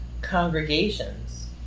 congregations